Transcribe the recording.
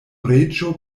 reĝo